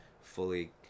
fully